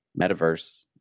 metaverse